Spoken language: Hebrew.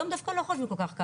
היום דווקא לא חושבים ככה.